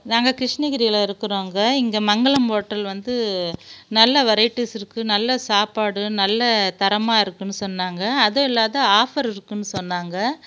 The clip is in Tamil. நாங்கள் கிருஷ்ணகிரியில் இருக்கிறோங்க இங்கே மங்களம் ஹோட்டல் வந்து நல்ல வெரைட்டிஸ் இருக்குது நல்ல சாப்பாடு நல்ல தரமாக இருக்குதுன்னு சொன்னாங்க அதுவும் இல்லாது ஆஃபர் இருக்குதுன்னு சொன்னாங்க